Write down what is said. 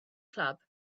club